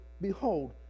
behold